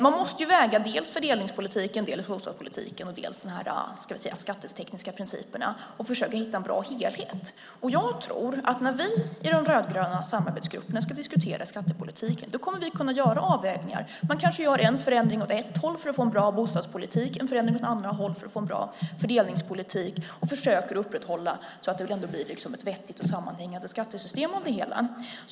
Man måste väga dels fördelningspolitiken, dels bostadspolitiken och dels de skattetekniska principerna och försöka hitta en bra helhet. När vi i de rödgröna samarbetsgrupperna ska diskutera skattepolitiken tror jag att vi kommer att kunna göra avvägningar. Man kanske gör en förändring åt ett håll för att få en bra bostadspolitik och en förändring åt andra håll för att få en bra fördelningspolitik och försöka upprätthålla att det ändå blir ett vettigt och sammanhängande skattesystem av det hela.